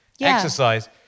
exercise